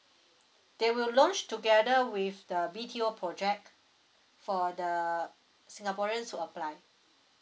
they will launch together with the B_T_O project for the singaporeans who apply